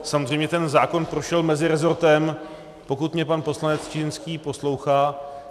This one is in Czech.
Samozřejmě, ten zákon prošel mezirezortem pokud mě pan poslanec Čižinský poslouchá.